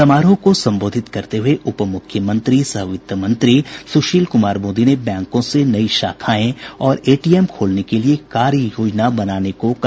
समारोह को संबोधित करते हये उपमुख्यमंत्री सह वित्त मंत्री सुशील कुमार मोदी ने बैंकों से नई शाखाएं और एटीएम खोलने के लिए कार्य योजना बनाने को कहा